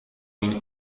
این